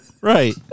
Right